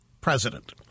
president